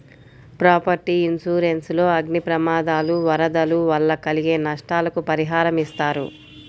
property insurance లో అగ్ని ప్రమాదాలు, వరదలు వల్ల కలిగే నష్టాలకు పరిహారమిస్తారు